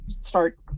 start